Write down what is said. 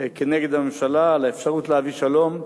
נגד הממשלה, על האפשרות להביא שלום.